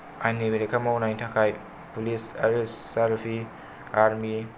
आइननि बेरेखा मावनायनि थाखाय पुलिस आरो सार्भि आर्मि